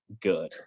good